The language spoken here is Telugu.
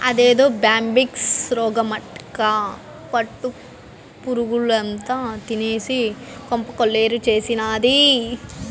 అదేదో బ్యాంబిక్స్ రోగమటక్కా పట్టు పురుగుల్నంతా తినేసి కొంప కొల్లేరు చేసినాది